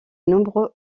nombreux